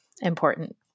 important